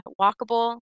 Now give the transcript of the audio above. walkable